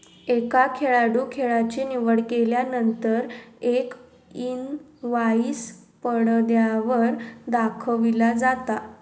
एका खेळाडूं खेळाची निवड केल्यानंतर एक इनवाईस पडद्यावर दाखविला जाता